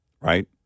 Right